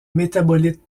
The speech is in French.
métabolites